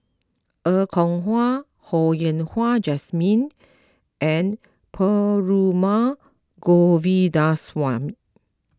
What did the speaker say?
Er Kwong Wah Ho Yen Wah Jesmine and Perumal Govindaswamy